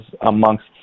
amongst